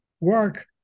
work